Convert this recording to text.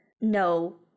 no